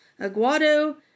Aguado